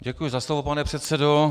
Děkuji za slovo, pane předsedo.